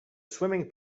swimming